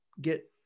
get